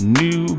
new